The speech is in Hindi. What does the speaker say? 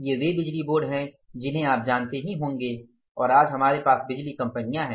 ये वे बिजली बोर्ड हैं जिन्हें आप जानते ही होंगे और आज हमारे पास बिजली कंपनियां हैं